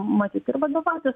matyt ir vadovautis